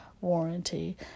warranty